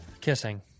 Kissing